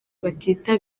batita